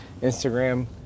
Instagram